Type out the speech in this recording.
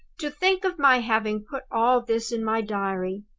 to think of my having put all this in my diary!